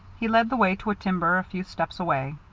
he led the way to a timber a few steps away.